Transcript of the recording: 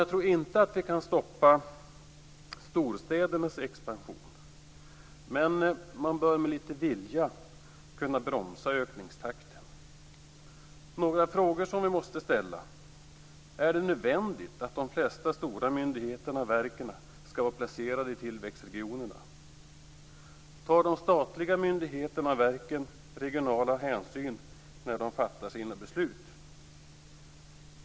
Jag tror inte att vi kan stoppa storstädernas expansion. Men man bör med lite vilja kunna bromsa ökningstakten. Några frågor som vi måste ställa är: Är det nödvändigt att de flesta stora myndigheter och verk skall vara placerade i tillväxtregionerna? Tar de statliga myndigheterna och verken regionala hänsyn när de fattar sina beslut.